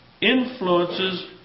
influences